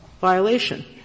violation